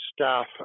staff